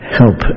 help